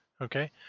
Okay